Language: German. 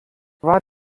wart